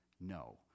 no